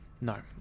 no